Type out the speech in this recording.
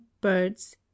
birds